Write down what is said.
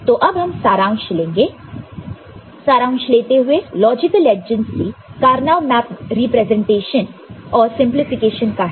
तो अब हम सारांश लेंगे सारांश लेते हुए logical adjacency Karnaugh map based representation और सिंपलीफिकेशन का है